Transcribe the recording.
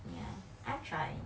ya I'm trying